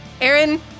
Aaron